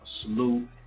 salute